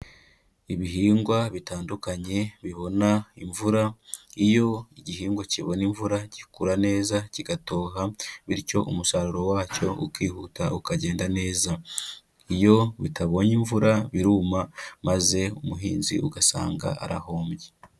Ibihingwa bitandukanye bibona imvura iyo igihingwa kibona imvura gikura neza kigatoha bityo umusaruro wacyo ukihuta ukagenda neza, iyo bitabonye imvura biruma maze umuhinzi ugasanga arahombye.